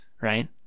right